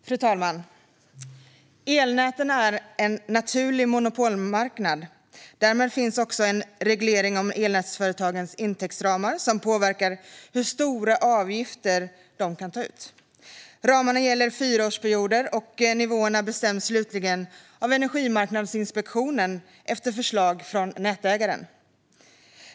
Fru talman! Elnäten är en naturlig monopolmarknad. Därmed finns också en reglering om elnätsföretagens intäktsramar som påverkar hur stora avgifter de kan ta ut. Ramarna gäller fyraårsperioder, och nivåerna bestäms slutligen av Energimarknadsinspektionen efter förslag från nätägaren.